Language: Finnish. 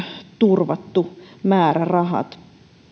turvattu määrärahat